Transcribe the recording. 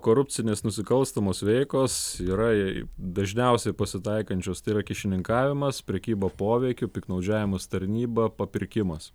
korupcinės nusikalstamos veikos yra dažniausiai pasitaikančios tai yra kyšininkavimas prekyba poveikiu piktnaudžiavimas tarnyba papirkimas